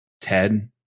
Ted